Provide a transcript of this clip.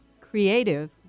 creative